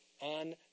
on